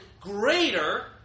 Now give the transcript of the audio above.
greater